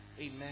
amen